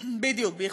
בדיוק.